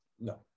no